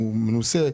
הוא מנוסה,